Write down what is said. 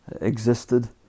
existed